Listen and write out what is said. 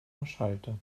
erschallte